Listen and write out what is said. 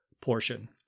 portion